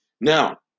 Now